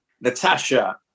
Natasha